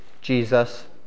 Jesus